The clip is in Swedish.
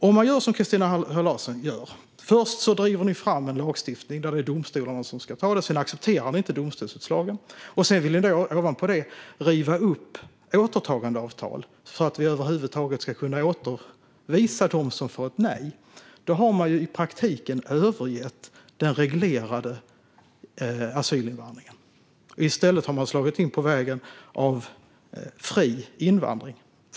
Om man gör som Christina Höj Larsen - först driver fram en lagstiftning där domstolarna ska sköta detta, sedan inte accepterar domstolsutslagen och sedan ovanpå det vill riva upp återtagandeavtalet som gör att vi kan återförvisa dem som får nej - har man i praktiken övergett den reglerade asylinvandringen. I stället har man slagit in på vägen mot fri invandring.